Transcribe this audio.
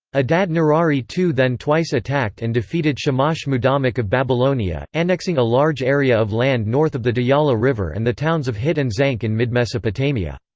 adad-nirari ii then twice attacked and defeated shamash-mudammiq of babylonia, annexing a large area of land north of the diyala river and the towns of hit and zanqu in mid mesopotamia.